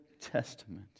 Testament